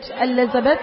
Elizabeth